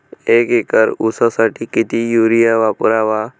एक एकर ऊसासाठी किती युरिया वापरावा?